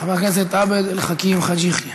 עבד אל חכים חאג' יחיא.